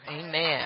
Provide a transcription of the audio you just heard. Amen